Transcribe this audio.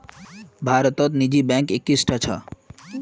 भारतत निजी बैंक इक्कीसटा छ